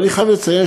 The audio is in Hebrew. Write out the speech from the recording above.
אבל אני חייב לציין,